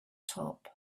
top